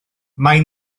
mae